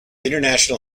international